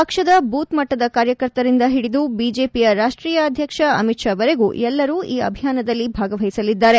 ಪಕ್ಷದ ಬೂತ್ ಮಟ್ಟದ ಕಾರ್ಯಕರ್ತರಿಂದ ಹಿಡಿದು ಬಿಜೆಪಿಯ ರಾಷ್ತೀಯ ಅಧ್ಯಕ್ಷ ಅಮಿತ್ ಷಾ ವರೆಗು ಎಲ್ಲರೂ ಈ ಅಭಿಯಾನದಲ್ಲಿ ಭಾಗವಹಿಸಲಿದ್ದಾರೆ